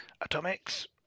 atomics